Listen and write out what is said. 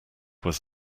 was